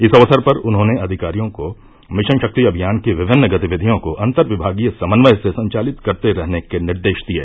इस अवसर पर उन्होंने अधिकारियों को मिशन शक्ति अभियान की विभिन्न गतिविधियों को अन्तर्विभागीय समन्वय से संचालित करते रहने के निर्देश दिये